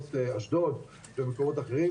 מקומות אחרים.